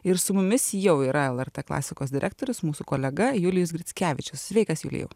ir su mumis jau yra lrt klasikos direktorius mūsų kolega julijus grickevičius sveikas julijau